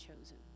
chosen